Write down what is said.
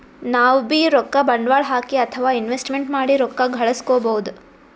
ನಾವ್ಬೀ ರೊಕ್ಕ ಬಂಡ್ವಾಳ್ ಹಾಕಿ ಅಥವಾ ಇನ್ವೆಸ್ಟ್ಮೆಂಟ್ ಮಾಡಿ ರೊಕ್ಕ ಘಳಸ್ಕೊಬಹುದ್